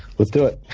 let's do it.